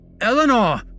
Eleanor